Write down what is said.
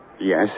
Yes